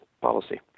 policy